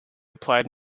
applied